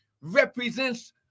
represents